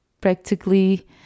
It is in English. practically